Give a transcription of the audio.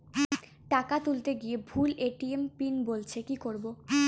টাকা তুলতে গিয়ে ভুল এ.টি.এম পিন বলছে কি করবো?